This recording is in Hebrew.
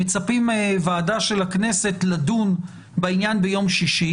מצפים מוועדה של הכנסת לדון בעניין ביום שישי.